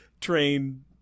train